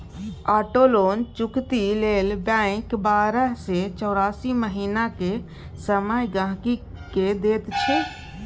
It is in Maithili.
आटो लोन चुकती लेल बैंक बारह सँ चौरासी महीनाक समय गांहिकी केँ दैत छै